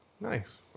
Nice